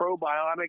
probiotic